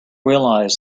realised